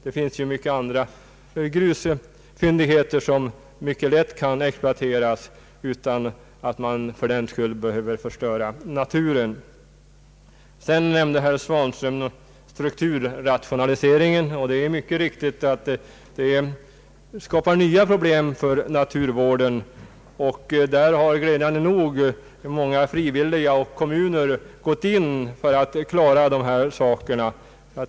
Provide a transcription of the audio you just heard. Det finns andra grusfyndigheter som mycket lätt kan exploateras utan att man fördenskull behöver förstöra naturen. Herr Svanström nämnde strukturrationaliseringen, och det är riktigt att den skapar nya problem för naturvården. Glädjande nog har många enskilda och kommuner frivilligt gått in för att klara dessa frågor.